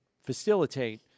facilitate